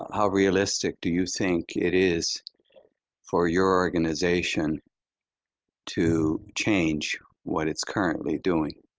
how realistic do you think it is for your organization to change what it's currently doing?